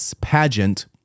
pageant